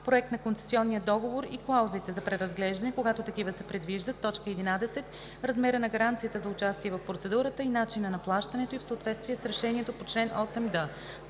проект на концесионен договор и клаузите за преразглеждане, когато такива се предвиждат; 11. размера на гаранцията за участие в процедурата и начина на плащането ѝ в съответствие с решението по чл.